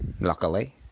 luckily